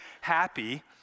happy—